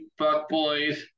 fuckboys